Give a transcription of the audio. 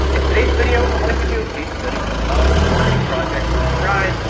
in today's video i want to give you a case study of a marketing project we tried,